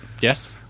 Yes